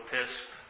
pissed